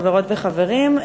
חברות וחברים,